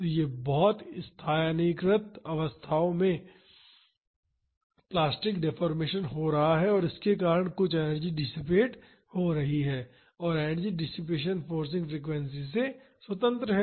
तो बहुत स्थानीयकृत अवस्थाओं में प्लास्टिक डेफोर्मेशन हो रहा है और इसके कारण कुछ एनर्जी डिसिपेट हो रही है और एनर्जी डिसिपेसन फोर्सिंग फ्रीक्वेंसी से स्वतंत्र है